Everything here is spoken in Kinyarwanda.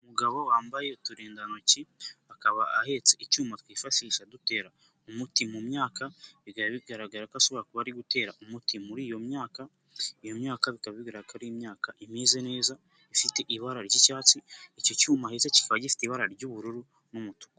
Umugabo wambaye uturindantoki, akaba ahetse icyuma twifashisha dutera umuti mu myaka, bikaba bigaragara ko ashobora kuba ari gutera umuti muri iyo myaka, iyo myaka bikaba bigaragara ko ari imyaka imeze neza, ifite ibara ry'icyatsi, icyo cyuma ahetste kikaba gifite ibara ry'ubururu n'umutuku.